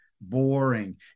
boring